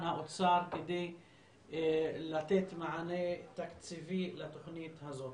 האוצר כדי לתת מענה תקציבי לתוכנית הזאת.